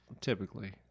Typically